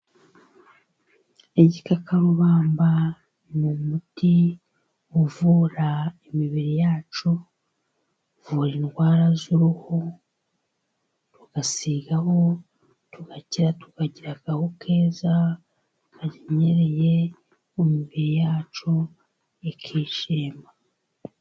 Igikakarubamba ni umuti uvura imibiri yacu, uvura indwara z'uruhu, tugasigaho tugakira tukagira agahu keza kanyereye, imibiri yacu ikishima.